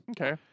Okay